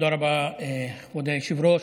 תודה רבה, כבוד היושב-ראש.